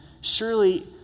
Surely